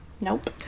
Nope